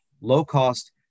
low-cost